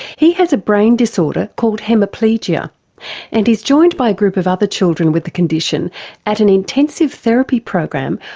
he has a brain disorder called hemiplegia and he's joined by a group of other children with the condition at an intensive therapy program,